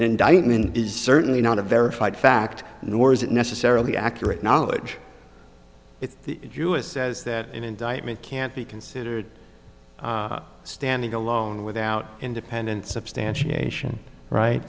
indictment is certainly not a verified fact nor is it necessarily accurate knowledge if the u s says that an indictment can't be considered standing alone without independent substantiation right